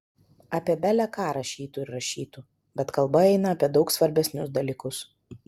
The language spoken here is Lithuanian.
apie bele ką rašytų ir rašytų bet kalba eina apie daug svarbesnius dalykus